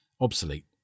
obsolete